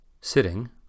sitting